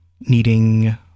needing